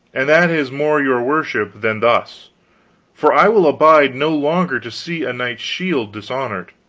and that is more your worship than thus for i will abide no longer to see a knight's shield dishonored.